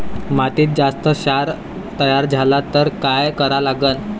मातीत जास्त क्षार तयार झाला तर काय करा लागन?